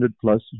plus